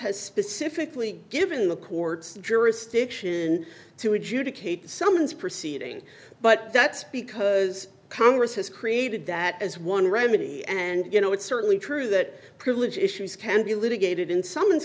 has specifically given the court's jurisdiction to adjudicate summons proceeding but that's because congress has created that as one remedy and you know it's certainly true that privilege issues can be litigated in summon